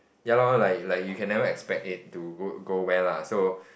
ya lor like like you can never expect it to go go where lah so